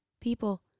people